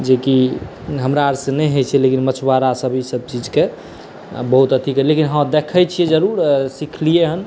जेकी हमरा आर से नहि होइ छै लेकिन मछुआरा सब अहि सब चीज के बहुत अथि लेकिन हॅं देखै छियै जरूर सिखलियनि हन बहुत